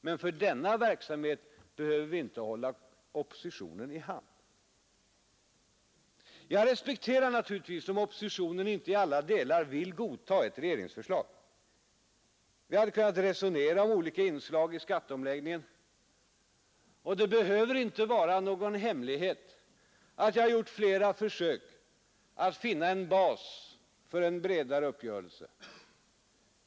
Men för denna verksamhet behöver vi inte hålla oppositionen i handen. Jag respekterar naturligtvis om oppositionen inte i alla delar vill godta ett regeringsförslag. Vi hade kunnat resonera om olika inslag i skatteomläggningen, och det behöver inte vara någon hemlighet att jag har gjort flera försök att finna en bas för en bredare uppgörelse.